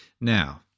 Now